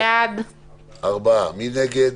מי נגד?